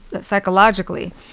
psychologically